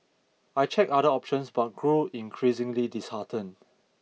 I checked other options but grew increasingly disheartened